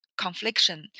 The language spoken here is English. confliction